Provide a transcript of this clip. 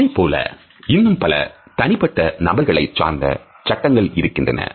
அதேபோல இன்னும் பல தனிப்பட்ட நபர்களை சார்ந்த சட்டங்கள் இருக்கின்றன